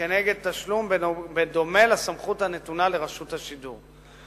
כנגד תשלום, בדומה לסמכות הנתונה לרשות השידור.